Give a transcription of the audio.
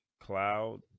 Cloud